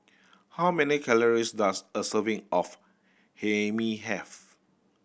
how many calories does a serving of Hae Mee have